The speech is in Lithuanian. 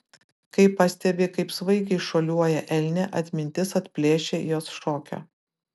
kai pastebi kaip svaigiai šuoliuoja elnė atmintis atplėšia jos šokio